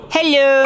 Hello